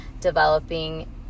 developing